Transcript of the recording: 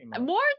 More